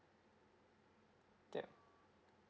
yup